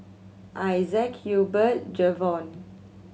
Isaac Hubert Jayvon